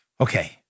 Okay